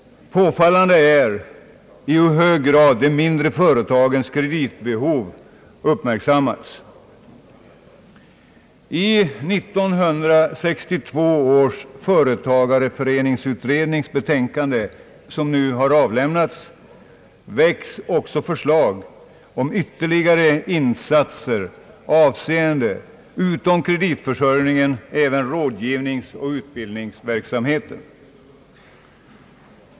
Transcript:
Påfallande är i hur hög grad de mindre företagens kreditbehovy uppmärksammats. I 1962 års företagareföreningsutrednings betänkande, som nu avlämnats, väcks också förslag om ytterligare insatser, avseende utom kreditförsörjningen även rådgivningsoch utbildningsverksamhet.